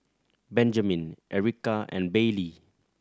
Benjaman Ericka and Bailey